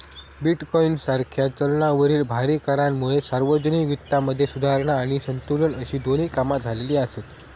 bitcoin सारख्या चलनावरील भारी करांमुळे सार्वजनिक वित्तामध्ये सुधारणा आणि संतुलन अशी दोन्ही कामा झालेली आसत